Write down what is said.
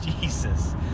Jesus